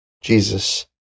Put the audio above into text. Jesus